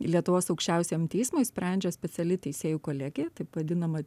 lietuvos aukščiausiajam teismui sprendžia speciali teisėjų kolegija taip vadinama